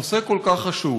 שנושא כל כך חשוב